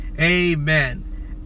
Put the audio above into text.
amen